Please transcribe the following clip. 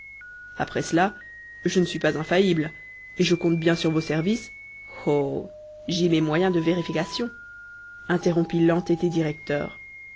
après cela je ne suis pas infaillible et je compte bien sur vos services oh j'ai mes moyens de vérification interrompit l'entêté directeur